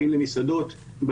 בא למסעדות,